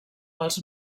als